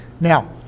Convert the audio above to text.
Now